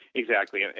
exactly. ah